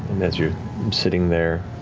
you're sitting there,